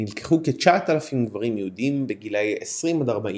נלקחו כ-9,000 גברים יהודים בגילאי 20–40